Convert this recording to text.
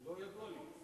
לא ידוע לי.